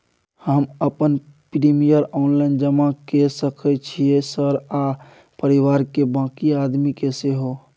हम अपन premium online जमा के सके छियै सर आ परिवार के बाँकी आदमी के सेहो?